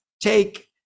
take